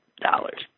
dollars